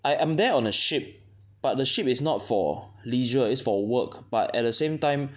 I am there on a ship but the ship is not for leisure is for work but at the same time